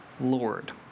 Lord